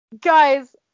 Guys